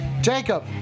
Jacob